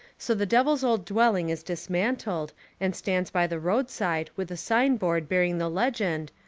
so the devil's old dwelling is dismantled and stands by the roadside with a sign-board bearing the legend,